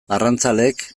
arrantzaleek